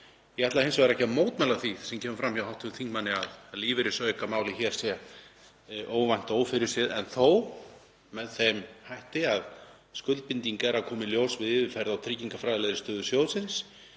Ég ætla hins vegar ekki að mótmæla því sem kemur fram hjá hv. þingmanni að lífeyrisaukamálið hér sé óvænt og ófyrirséð en þó með þeim hætti að skuldbinding er að koma í ljós við yfirferð á tryggingafræðilegri stöðu sjóðsins.